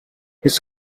his